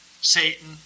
Satan